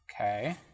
Okay